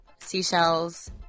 seashells